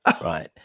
right